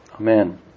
Amen